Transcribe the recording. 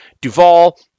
Duvall